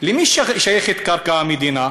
למי שייכת קרקע המדינה?